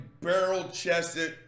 barrel-chested